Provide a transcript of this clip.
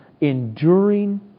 enduring